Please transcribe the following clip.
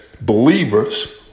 believers